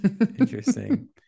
Interesting